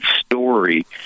story